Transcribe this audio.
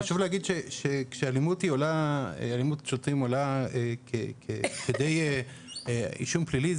חשוב להגיד שכשאלימות שוטרים עולה כדי אישום פלילי,